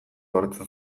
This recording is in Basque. ohartzen